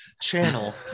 channel